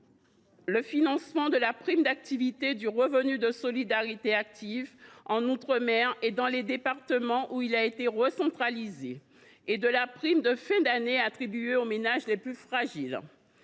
le financement de la prime d’activité, du revenu de solidarité active, en outre mer et dans les départements où il a été recentralisé, et de la prime de fin d’année attribuée aux ménages les plus fragiles.